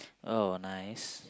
oh nice